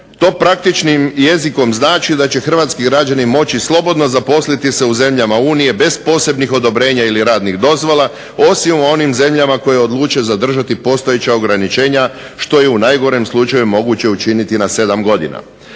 To praktičnim jezikom znači da će hrvatski građani moći slobodno zaposliti se u zemljama Unije bez posebnih odobrenja ili radnih dozvola osim u onim zemljama koje odluče zadržati postojeća ograničenja što je u najgorem slučaju moguće učiniti na sedam godina.